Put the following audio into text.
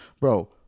Bro